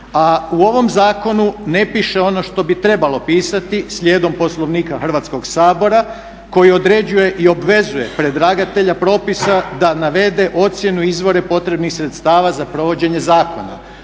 A u ovom zakonu ne piše ono što bi trebalo pisati slijedom Poslovnika Hrvatskog sabora koji određuje i obvezuje predlagatelja propisa da navede ocjenu, izvore potrebnih sredstava za provođenje zakona.